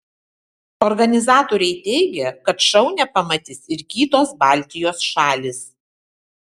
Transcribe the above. organizatoriai teigia kad šou nepamatys ir kitos baltijos šalys